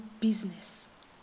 business